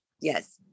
Yes